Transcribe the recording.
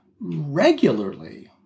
regularly